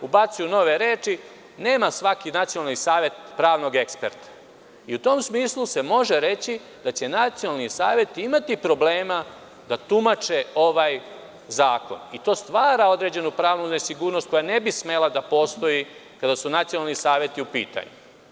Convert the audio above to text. Nema svaki nacionalni savet pravnog eksperta i u tom smislu se može reći da će nacionalni saveti imati problema da tumače ovaj zakon i to stvara određenu pravnu nesigurnost koja ne bi smela da postoji kada su nacionalni saveti u pitanju.